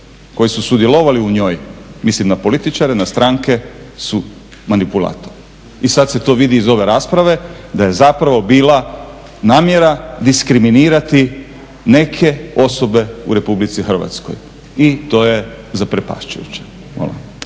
koji su sudjelovali u njoj, mislim na političare, na stranke su manipulatori. I sada se to vidi iz ove rasprave da je zapravo bila namjera diskriminirati neke osobe u Republici Hrvatskoj i to je zaprepašćujuće.